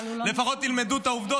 לפחות תלמדו את העובדות,